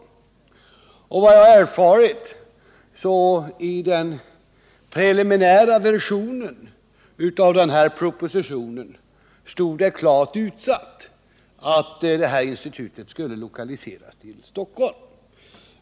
Enligt vad jag har erfarit var det i den preliminära versionen av propositionen klart utsagt att institutet skulle lokaliseras till Stockholm.